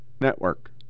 Network